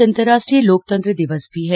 आज अंतर्राष्ट्रीय लोकतंत्र दिवस भी है